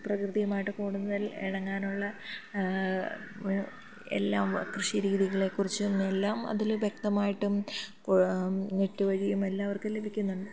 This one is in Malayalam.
പ്രകൃതിയുമായിട്ട് കൂടുതൽ ഇണങ്ങാനുള്ള എല്ലാം കൃഷി രീതികളെക്കുറിച്ചും എല്ലാം അതിൽ വ്യക്തമായിട്ടും നെറ്റ് വഴിയും എല്ലാവർക്കും ലഭിക്കുന്നുണ്ട്